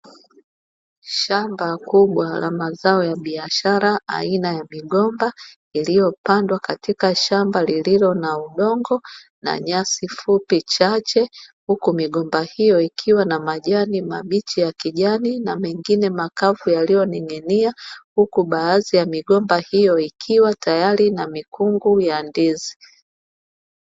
Shamba kubwa la mazao ya biashara aina ya migomba ndio iliyopandwa katika shamba lililo na ubongo na nyasi fupi chache, huku migomba hiyo ikiwa na majani mabichi ya kijani na mengine makavu yaliyoning'inia, huku baadhi ya migomba hiyo ikiwa tayari na mikungu ya ndizi.